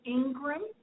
Ingram